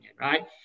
right